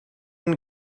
and